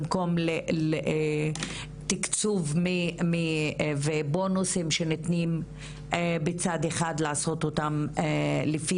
במקום תיקצוב ובונוסים שניתנים בצד אחד לעשות אותם לפי